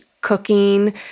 cooking